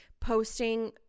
posting